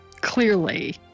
Clearly